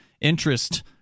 interest